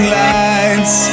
lights